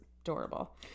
adorable